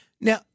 Now